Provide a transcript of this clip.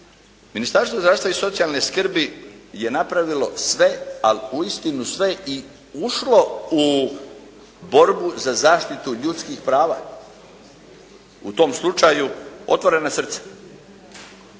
Ministarstvo zdravstva i socijalne skrbi je napravilo sve, ali uistinu sve i ušlo u borbu za zaštitu ljudskih prava u tom slučaju otvorena srca,